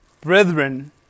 Brethren